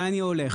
אבל אני הולך.